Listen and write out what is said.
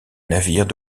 navires